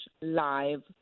live